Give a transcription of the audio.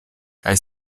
kaj